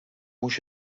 mhux